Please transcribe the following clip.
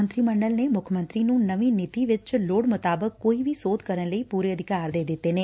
ਮੰਤਰੀ ਮੰਡਲ ਨੇ ਮੁੱਖ ਮੰਤਰੀ ਨੂੰ ਨਵੀ ਨੀਤੀ ਵਿਚ ਲੋੜ ਮੁਤਾਬਿਕ ਕੋਈ ਵੀ ਸੋਧ ਕਰਨ ਲਈ ਪੁਰੇ ਅਧਿਕਾਰ ਦੇ ਦਿੱਤੇ ਨੇ